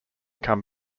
come